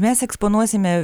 mes eksponuosime